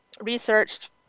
researched